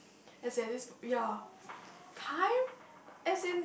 as in at this ya time as in